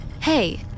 Hey